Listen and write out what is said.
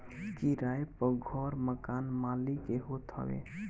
किराए पअ घर मकान मलिक के होत हवे